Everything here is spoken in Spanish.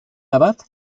abad